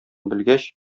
белгәч